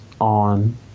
on